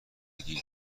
گیر